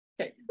Okay